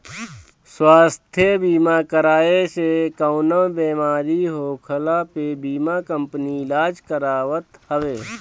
स्वास्थ्य बीमा कराए से कवनो बेमारी होखला पे बीमा कंपनी इलाज करावत हवे